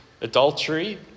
adultery